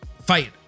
fight